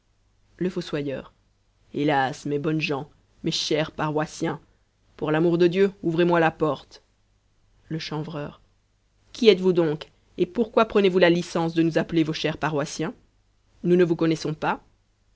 le fossoyeur hélas mes bonnes gens mes chers paroissiens pour l'amour de dieu ouvrez-moi la porte le chanvreur qui êtes-vous donc et pourquoi prenez-vous la licence de nous appeler vos chers paroissiens nous ne vous connaissons pas